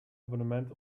abonnement